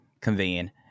convene